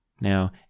Now